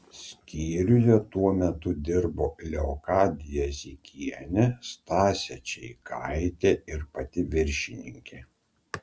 skyriuje tuo metu dirbo leokadija zikienė stasė čeikaitė ir pati viršininkė